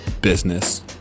business